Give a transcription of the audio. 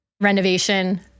renovation